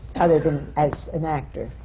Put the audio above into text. other than as an actor?